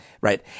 Right